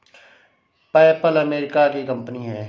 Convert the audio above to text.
PayPal America की company है